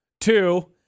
two